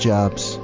Jobs